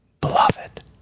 beloved